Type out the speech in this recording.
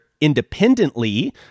independently